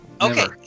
Okay